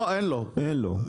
אין לו.